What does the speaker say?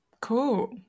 Cool